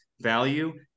value